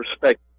perspective